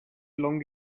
long